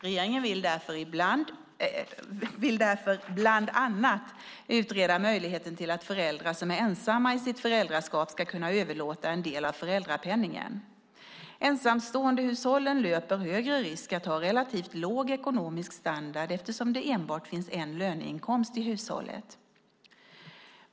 Regeringen vill därför bland annat utreda möjligheten till att föräldrar som är ensamma i sitt föräldraskap ska kunna överlåta en del av föräldrapenningen. Ensamståendehushållen löper högre risk att ha relativt låg ekonomisk standard eftersom det enbart finns en löneinkomst i hushållet.